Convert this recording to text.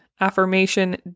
affirmation